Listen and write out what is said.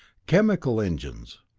chemical engines!